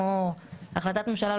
כמו החלטת ממשלה,